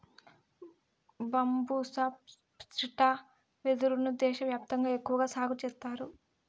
బంబూసా స్త్రిటా వెదురు ను దేశ వ్యాప్తంగా ఎక్కువగా సాగు చేత్తారు